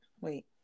wait